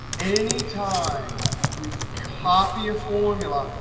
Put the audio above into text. any time we copy a formula,